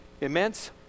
immense